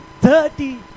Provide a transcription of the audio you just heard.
dirty